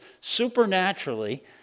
supernaturally